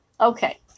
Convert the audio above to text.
okay